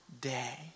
day